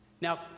Now